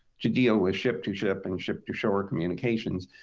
to deal with ship-to-ship and ship-to-shore communications.